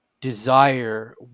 desire